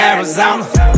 Arizona